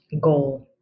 goal